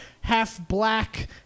half-black